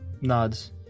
nods